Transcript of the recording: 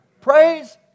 Praise